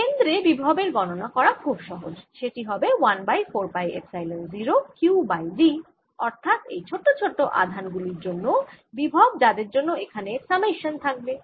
কেন্দ্রে বিভবের গণনা করা খুব সহজ সেটি হবে 1 by 4 pi epsilon 0 Q by d অর্থাৎ এই ছোট ছোট আধান গুলির জন্য বিভব যাদের জন্য এখানে সামেশান থাকবে